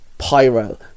pyro